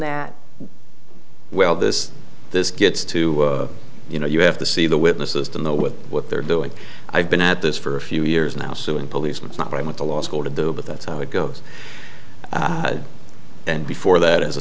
that well this this gets to you know you have to see the witnesses to know what what they're doing i've been at this for a few years now suing policeman is not right with the law school to do but that's how it goes and before that as a